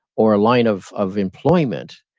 or a line of of employment,